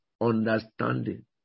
understanding